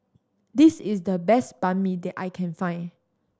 this is the best Banh Mi that I can find